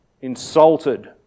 insulted